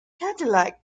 cadillac